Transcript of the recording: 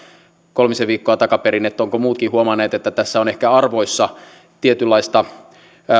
kolmisen viikkoa takaperin ovatko muutkin huomanneet että tässä on ehkä arvoissa tietynlaista